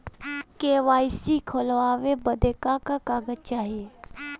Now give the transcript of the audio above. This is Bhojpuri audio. के.वाइ.सी खोलवावे बदे का का कागज चाही?